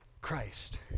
Christ